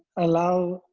allow,